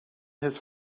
his